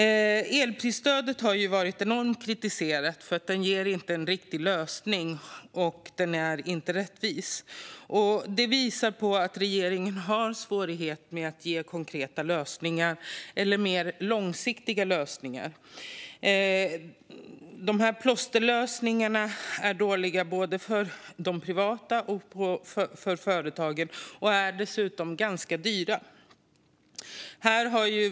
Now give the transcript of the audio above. Elprisstödet har varit enormt kritiserat för att det inte är någon riktig lösning och inte är rättvist. Det visar på regeringens svårigheter med att ge konkreta eller mer långsiktiga lösningar. Plåsterlösningarna är dåliga för både privatpersoner och företag och är dessutom ganska dyra.